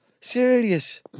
Serious